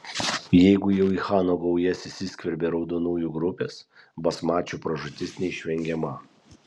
jeigu jau į chano gaujas įsiskverbė raudonųjų grupės basmačių pražūtis neišvengiama